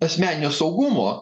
asmeninio saugumo